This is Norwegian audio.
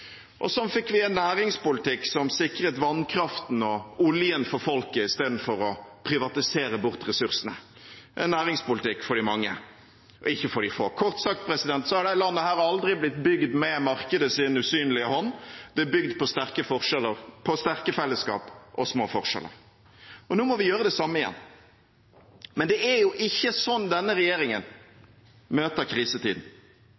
fikk vi en næringspolitikk som sikret vannkraften og oljen for folket i stedet for å privatisere bort ressursene – en næringspolitikk for de mange og ikke for de få. Kort sagt har dette landet aldri blitt bygd med markedets usynlige hånd; det er bygd på sterke fellesskap og små forskjeller. Nå må vi gjøre det samme igjen. Men det er ikke slik denne